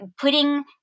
putting